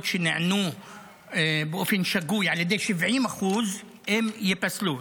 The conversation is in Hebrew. שנענו באופן שגוי על ידי 70% ייפסלו,